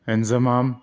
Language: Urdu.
انضمام